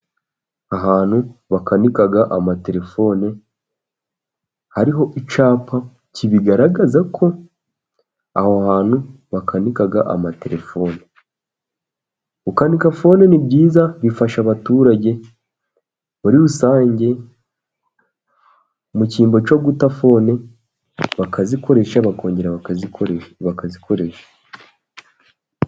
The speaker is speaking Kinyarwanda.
Ahantu bakanika amatelefone, hariho icyapa kibigaragaza ko aho hantu bakanika amatelefone. Gukanika fone ni byiza bifasha abaturage muri rusange, mu cyimbo cyo guta phone bakazikoresha, bakongera bakazikoresha.